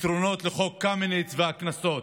פתרונות לחוק קמיניץ והקנסות.